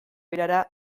erara